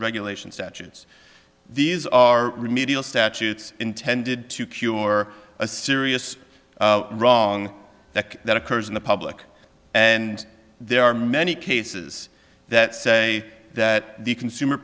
regulation statutes these are remedial statutes intended to cure a serious wrong that occurs in the public and there are many cases that say that the consumer